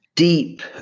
Deep